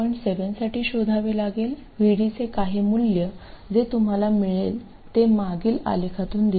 7 साठी शोधावे लागेल VD चे काही मूल्य जे तुम्हाला मिळते ते मागील आलेखातून दिसते